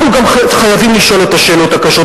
אנחנו גם חייבים לשאול את השאלות הקשות,